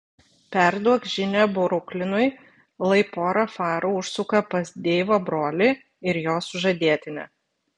perduok žinią bruklinui lai pora farų užsuka pas deivo brolį ir jo sužadėtinę